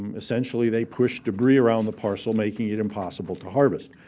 um essentially, they pushed debris around the parcel, making it impossible to harvest.